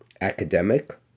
academic